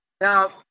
Now